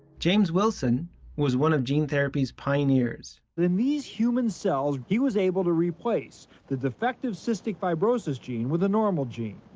james wilson was one of gene therapy's pioneers. in these human cells he was able to replace the defective cystic fibrosis gene with a normal gene.